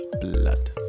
blood